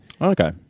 Okay